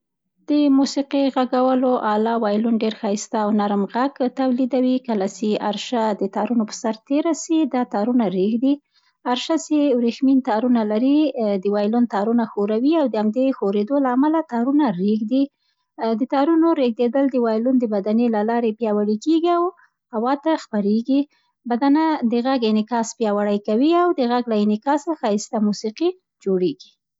د موسیقي غږولو اله، وایلون ډېر ښایسته او نرم غږ تولیدوي، کله سي آرشه د تارونو پر سر تېره سي، دا تارونه رېږدي. آرشه سي وریښمینه تارونه لري، د وایلون تارونه وښوروي او د همدې ښورېدو له امله تارونه رېږدي. د تارونو رېږدېدل، د وایلون د بدنې له لارې پیاوړي کېږي او هوا ته غږ خپرېږي. بدنه د غږ انعکاس پیاوړې کوي او د غږ له انعکاسه ښایسته موسیقي جوړېږي.